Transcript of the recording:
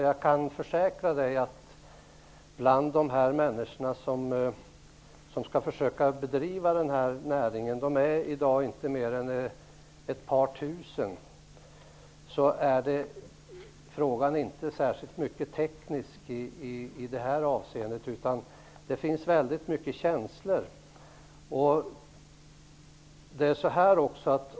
Jag kan försäkra Gudrun Lindvall att frågan inte är teknisk för de människor som skall försöka bedriva den här näringen - de är i dag inte mer än ett par tusen personer - utan det finns väldigt mycket känslor inblandade.